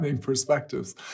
Perspectives